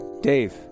Dave